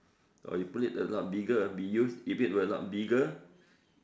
or you put it a lot bigger be used if it were a lot bigger